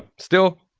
still,